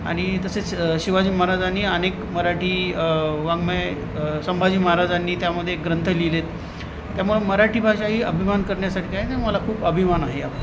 आणि तसेच शिवाजी महाराजांनी अनेक मराठी वाङमय संभाजी महाराजांनी त्यामध्ये ग्रंथ लिहिले आहेत त्यामुळं मराठी भाषा ही अभिमान करण्यासारखी आहे आणि मला खूप अभिमान आहे